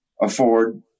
afford